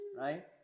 Right